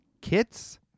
kits